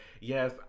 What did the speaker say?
yes